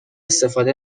استفاده